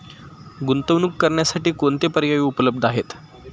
गुंतवणूक करण्यासाठी कोणते पर्याय उपलब्ध आहेत?